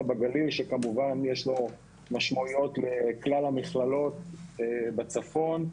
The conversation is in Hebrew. בגליל שכמובן יש לו משמעויות לכלל המכללות בצפון.